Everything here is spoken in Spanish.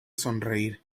sonreír